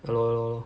ya lor ya lor